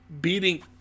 beating